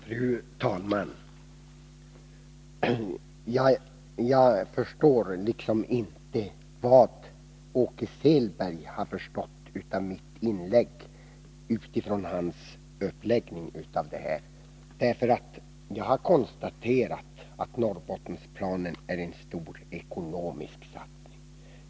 Fru talman! Jag förstår liksom inte, utifrån uppläggningen av Åke Selbergs anförande, vad han förstått av mitt inlägg! Jag har konstaterat att Norrbottensplanen är en stor ekonomisk satsning.